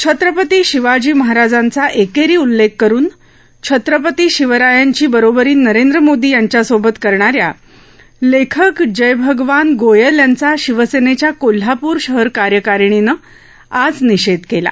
छत्रपती शिवाजी महाराजांचा एकेरी उल्लेख करून छत्रपती शिवरायांची बरोबरी नरेंद्र मोदी यांच्यासोबत करणाऱ्या लेखक जय भगवान गोयल यांचा शिवसेनेच्या कोल्हापूर शहर कार्यकारणीनं आज निषेध केला